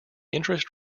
interest